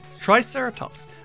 Triceratops